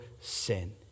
sin